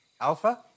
Alpha